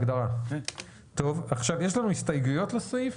יש לנו הסתייגויות לסעיף?